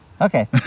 Okay